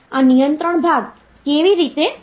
એક નંબર સિસ્ટમમાંથી બીજી નંબર સિસ્ટમમાં કેવી રીતે જવું